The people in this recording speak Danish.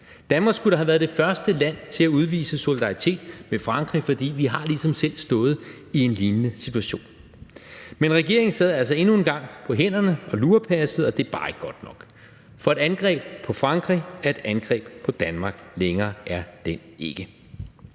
Danmark skulle da have været det første land til at udvise solidaritet med Frankrig, for vi har ligesom selv stået i en lignende situation. Men regeringen sad altså endnu en gang på hænderne og lurepassede, og det er bare ikke godt nok. For et angreb på Frankrig, er et angreb på Danmark – længere er den ikke.